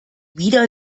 wieder